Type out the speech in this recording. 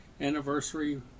anniversary